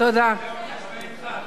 בינתיים הוא התחשבן אתך.